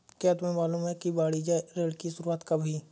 क्या तुम्हें मालूम है कि वाणिज्य ऋण की शुरुआत कब हुई?